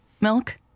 Milk